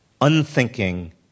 unthinking